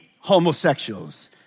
homosexuals